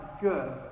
good